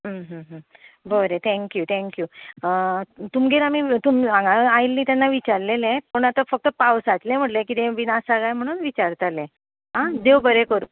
बरें thank you thank you तुमगेर आमी हांगा आयल्ली तेन्ना विचारलेले पूण आतां पावसांतलें म्हणलें कितेंय आसा काय म्हूण विचारतालें आं देव बरें करूं